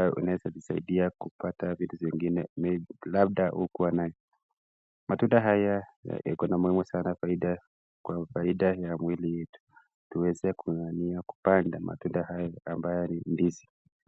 ya kujisaidia labda hukuwa nayo. Matunda Ili liko na faida nyingi sana kwa Mwili. Tuweze kupanda matunda haya .